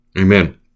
Amen